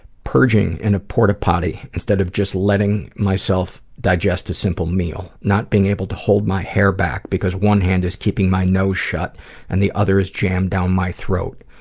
purging in a port-o-potty instead of just letting myself digest a simple meal. not being able to hold my hair back because one hand is keeping my nose shut and the other is jammed um my throat.